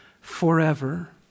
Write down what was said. forever